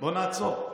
בואו נעצור.